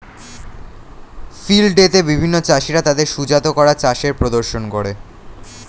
field day তে বিভিন্ন চাষীরা তাদের সুজাত করা চাষের প্রদর্শন করে